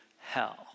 hell